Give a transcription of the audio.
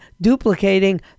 duplicating